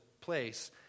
place